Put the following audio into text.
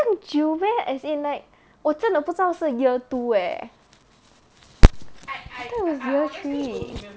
这样久 meh as in like 我真的不知道是 year two eh I thought it was year three